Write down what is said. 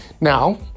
Now